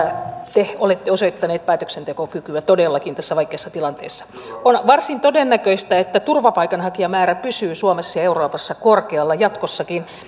te olette osoittaneet päätöksentekokykyä todellakin tässä vaikeassa tilanteessa on varsin todennäköistä että turvapaikanhakijamäärä pysyy suomessa ja euroopassa korkealla jatkossakin